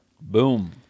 Boom